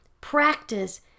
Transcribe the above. Practice